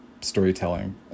storytelling